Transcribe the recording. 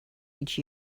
each